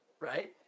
right